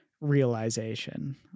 realization